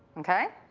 okay,